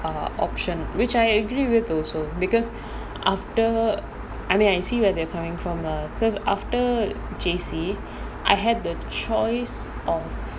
err option which I agree with also because after I mean I see where they're coming from lah because after J_C I had the choice of